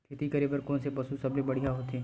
खेती करे बर कोन से पशु सबले बढ़िया होथे?